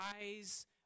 eyes